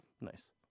nice